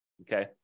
okay